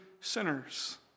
sinners